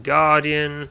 Guardian